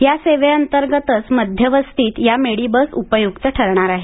या सेवेअंतर्गतच मध्यवस्तीत या मिडी बस उपयुक्त ठरणार आहेत